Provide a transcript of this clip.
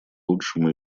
лучшему